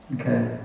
Okay